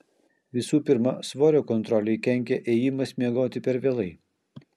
visų pirma svorio kontrolei kenkia ėjimas miegoti per vėlai